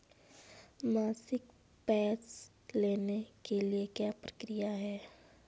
मासिक पेंशन लेने की क्या प्रक्रिया है?